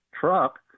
truck